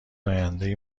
آیندهای